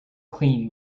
clean